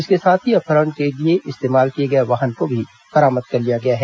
इसके साथ ही अपहरण के लिए इस्तेमाल किए गए वाहन को भी बरामद कर लिया गया है